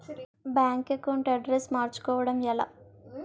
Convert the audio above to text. Bank account address మార్చుకోవడం ఎలా?